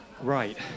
Right